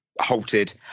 halted